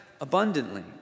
abundantly